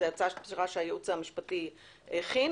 זו הצעת פשרה שהייעוץ המשפטי הכין,